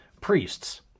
priests